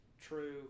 true